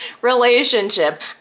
relationship